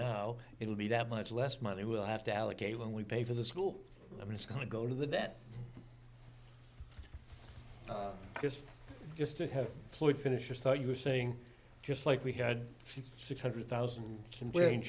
now it will be that much less money we'll have to allocate when we pay for the school i mean it's going to go to the debt just to have floyd finish your thought you were saying just like we had six hundred thousand complain